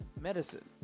medicine